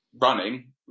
running